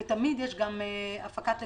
ותמיד יש גם הפקת לקחים.